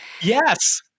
Yes